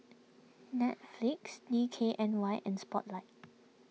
Netflix D K N Y and Spotlight